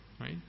Right